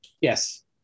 Yes